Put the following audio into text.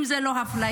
אם זאת לא אפליה?